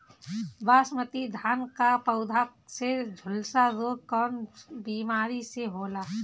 बासमती धान क पौधा में झुलसा रोग कौन बिमारी से होला?